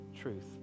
truth